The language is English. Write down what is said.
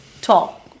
talk